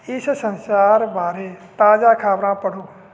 ਇਸ ਸੰਸਾਰ ਬਾਰੇ ਤਾਜ਼ਾ ਖ਼ਬਰਾਂ ਪੜ੍ਹੋ